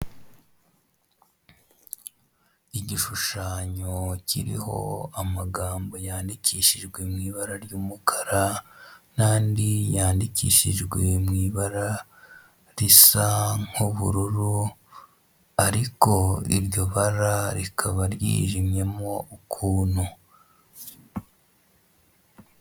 Igishushanyo kiriho amagambo yandikishijwe mu ibara ry'umukara n'andi yandikishijwe mu ibara risa nk'ubururu ariko iryo bara rikaba ryijimyemo ukuntu.